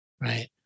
right